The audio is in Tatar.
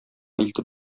илтеп